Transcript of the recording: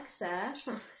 Alexa